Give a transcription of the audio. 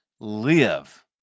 live